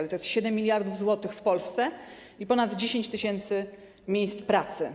To jest 7 mld zł w Polsce i ponad 10 tys. miejsc pracy.